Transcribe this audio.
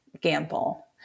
gamble